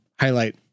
highlight